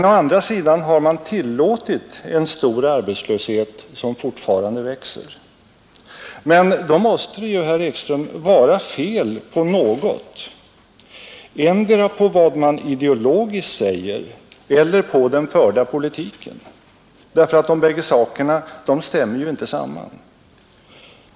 Å andra sidan har man tillåtit en stor arbetslöshet, som fortfarande växer. Men då måste det väl, herr Ekström, vara fel på något — antingen på vad man ideologiskt säger eller på den förda politiken — därför att de bägge sakerna ju inte stämmer.